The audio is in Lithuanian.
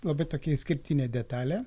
labai tokia išskirtinė detalė